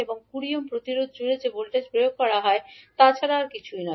এবং 20 ওহম প্রতিরোধের জুড়ে যে ভোল্টেজ প্রয়োগ করা হয় তা ছাড়া আর কিছুই নয়